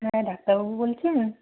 হ্যাঁ ডাক্তারবাবু বলছেন